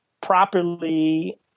properly